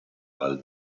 val